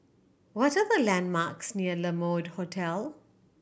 what the landmarks near La Mode Hotel